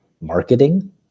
marketing